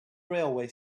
railway